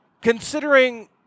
Considering